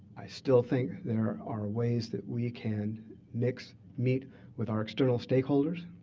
i still think there are ways that we can nix meet with our external stakeholders